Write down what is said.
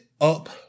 up